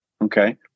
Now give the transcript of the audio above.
Okay